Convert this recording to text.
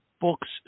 books